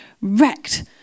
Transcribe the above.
wrecked